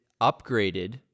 upgraded